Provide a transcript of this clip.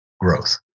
growth